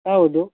ಹೌದು